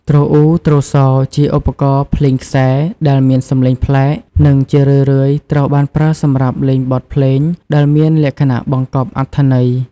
ទ្រអ៊ូ ទ្រសោ ជាឧបករណ៍ភ្លេងខ្សែដែលមានសំឡេងប្លែក និងជារឿយៗត្រូវបានប្រើសម្រាប់លេងបទភ្លេងដែលមានលក្ខណៈបង្កប់អត្ថន័យ។